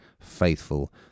faithful